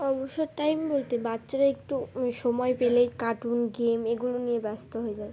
অবসর টাইম বলতে বাচ্চারা একটু সময় পেলেই কার্টুন গেম এগুলো নিয়ে ব্যস্ত হয়ে যায়